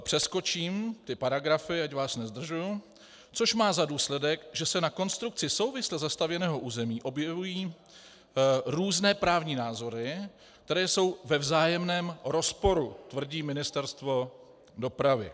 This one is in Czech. Přeskočím paragrafy, ať vás nezdržuji, což má za důsledek, že se na konstrukci souvisle zastavěného území objevují různé právní názory, které jsou ve vzájemném rozporu, tvrdí Ministerstvo dopravy.